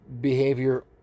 behavior